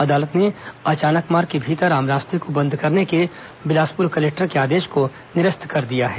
अदालत ने अचानकमार के भीतर आम रास्ते को बंद करने के बिलासपुर कलेक्टर के आदेश को निरस्त कर दिया है